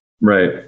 Right